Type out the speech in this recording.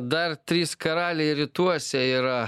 dar trys karaliai rytuose yra